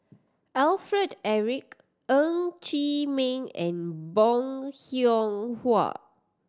Alfred Eric Ng Chee Meng and Bong Hiong Hwa